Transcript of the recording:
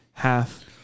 half